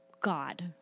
god